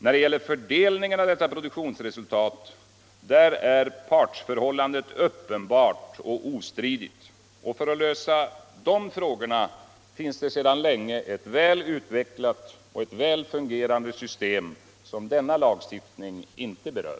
När det gäller fördelningen av detta produktionsresultat är partsförhållandet uppenbart och ostridigt. För att lösa dessa frågor finns sedan länge ett väl utvecklat och väl fungerande system som denna lagstiftning inte berör.